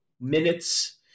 minutes